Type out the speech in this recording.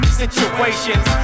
situations